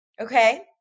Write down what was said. Okay